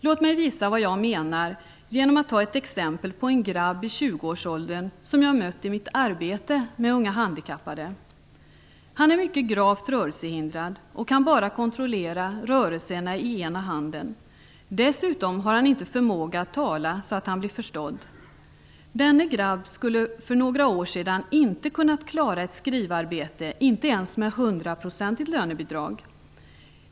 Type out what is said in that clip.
Låt mig visa vad jag menar genom att berätta om en grabb i 20-årsåldern som jag har mött i mitt arbete med unga handikappade. Han är mycket gravt rörelsehindrad och kan bara kontrollera rörelserna i ena handen. Dessutom har han inte förmåga att tala så att han bli förstådd. Denne grabb skulle för några år sedan inte ha kunnat klara ett skrivarbete, inte ens med hundraprocentigt lönebidrag.